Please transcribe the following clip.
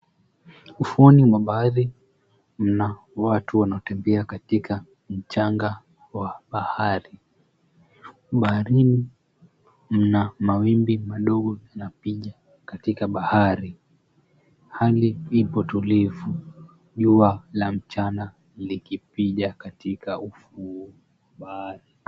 Ufuoni mwa bahari mna watu wanaotembea katika mchanga wa bahari. Baharini mna mawimbi madogo yanapija katika bahari. Hali ipo tulivu, jua la mchana likipija katika ufuo wa bahari.